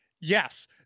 Yes